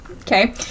okay